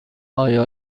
آیا